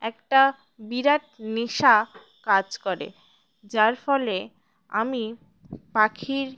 একটা বিরাট নেশা কাজ করে যার ফলে আমি পাখির